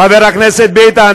חבר הכנסת ביטן,